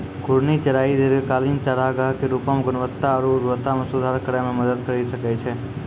घूर्णि चराई दीर्घकालिक चारागाह के रूपो म गुणवत्ता आरु उर्वरता म सुधार करै म मदद करि सकै छै